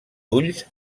ulls